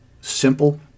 simple